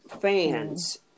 fans